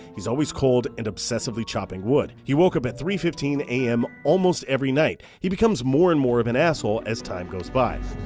he's always cold and obsessively chopping wood. he woke up at three fifteen am every night. he becomes more and more of an asshole as time goes by.